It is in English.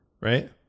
right